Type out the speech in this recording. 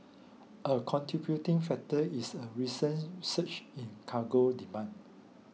a contributing factor is a recent surge in cargo demand